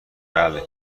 بله